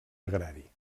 agrari